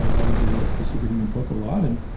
ah got into the the super human book a lot, and